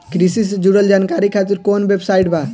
कृषि से जुड़ल जानकारी खातिर कोवन वेबसाइट बा?